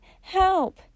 help